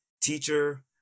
teacher